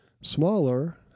smaller